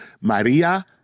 Maria